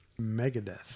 Megadeth